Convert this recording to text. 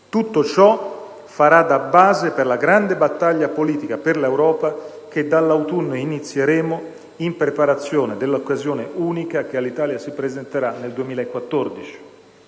Tutto ciò farà da base per la grande battaglia politica per l'Europa che inizieremo dall'autunno, in preparazione dell'occasione unica che all'Italia si presenterà nel 2014: